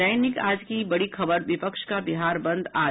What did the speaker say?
दैनिक आज की बड़ी खबर है विपक्ष का बिहार बंद आज